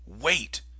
Wait